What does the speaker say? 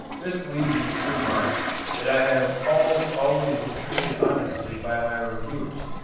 this leads me to remark that i have almost always been treated honestly by my reviewers,